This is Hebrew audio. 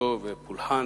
אמונתו ואת הפולחן,